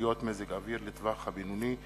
לתחזיות מזג-אוויר לטווח הבינוני,